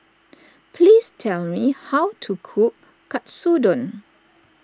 please tell me how to cook Katsudon